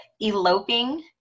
eloping